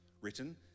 written